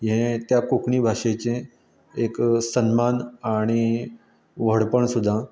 हें त्या कोंकणी भाशेचें एक सन्मान आनी व्हडपण सुद्दां